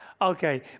Okay